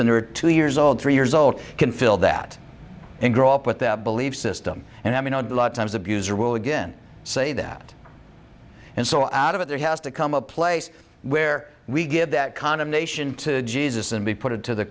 when they were two years old three years old can feel that and grow up with their belief system and i mean a lot of times abusers will again say that and so out of it there has to come a place where we give that condemnation to jesus and we put it to the